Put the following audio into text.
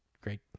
great